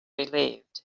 relieved